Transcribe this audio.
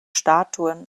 statuen